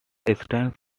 eastern